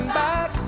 back